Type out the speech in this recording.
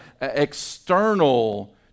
external